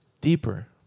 Deeper